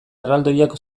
erraldoiak